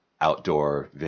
outdoor